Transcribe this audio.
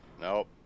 nope